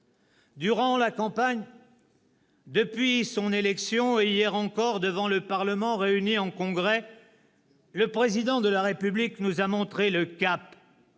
Durant la campagne, depuis son élection et hier encore devant le Parlement réuni en Congrès, le Président de la République nous a montré le cap.